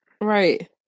Right